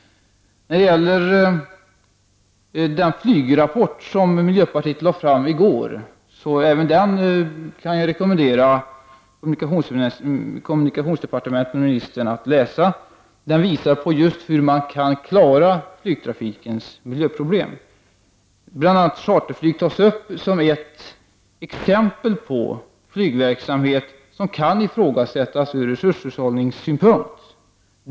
Även den flygrapport som miljöpartiet lade fram i går kan jag rekommendera kommunikationsministern och övriga på departementet att läsa. Den visar på just hur man kan klara flygtrafikens miljöproblem. Bl.a. charterflyget tas upp som ett exempel på flygverksamhet som kan ifrågasättas ur resurshushållningssynpunkt.